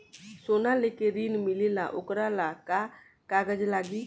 सोना लेके ऋण मिलेला वोकरा ला का कागज लागी?